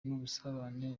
n’ubusabane